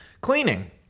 Cleaning